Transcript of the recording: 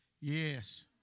yes